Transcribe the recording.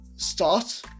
start